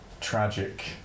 tragic